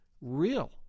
real